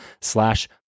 slash